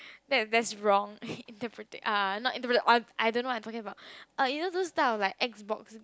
that that's wrong interpreta~ uh not interpreta~ I I don't know what I'm talking about uh isn't those type of like X-box